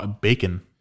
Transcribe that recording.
Bacon